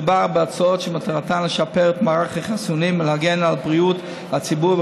מדובר בהצעות שמטרתן לשפר את מערך החיסונים ולהגן על בריאות הציבור,